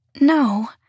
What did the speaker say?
No